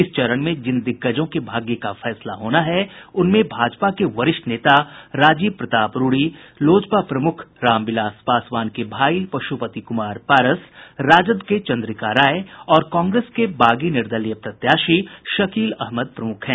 इस चरण में जिन दिग्गजों के भाग्य का फैसला होना है उनमें भाजपा के वरिष्ठ नेता राजीव प्रताप रूडी लोजपा प्रमुख रामविलास पासवान के भाई पशुपति कुमार पारस राजद के चंद्रिका राय और कांग्रेस के बागी निर्दलीय प्रत्याशी शकील अहमद प्रमुख हैं